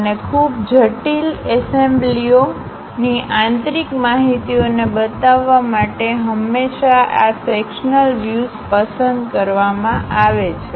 અને ખૂબ જટિલ એસેમ્બલીઓ ની આ આંતરિક માહિતિઓ ને બતાવવા માટે હંમેશાઆ સેક્શનલ વ્યુઝપસંદકરવામાંઆવે છે